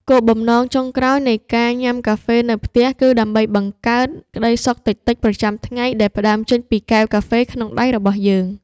គោលបំណងចុងក្រោយនៃការញ៉ាំកាហ្វេនៅផ្ទះ គឺដើម្បីបង្កើតក្ដីសុខតិចៗប្រចាំថ្ងៃដែលផ្ដើមចេញពីកែវកាហ្វេក្នុងដៃរបស់យើង។